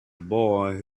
boy